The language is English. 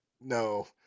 No